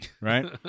right